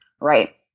right